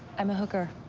i'm a hooker.